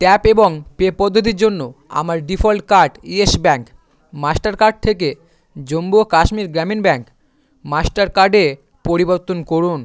tap এবং pay পদ্ধতির জন্য আমার default card Yes Bank Mastercard থেকে জম্মু ও কাশ্মীর গ্রামীণ ব্যাঙ্ক মাস্টারকার্ডে পরিবর্তন করুন